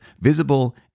visible